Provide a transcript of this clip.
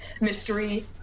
mystery